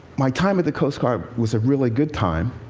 my time at the coast guard was a really good time.